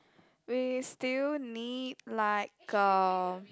we still need like a